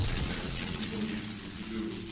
a step that people need to to do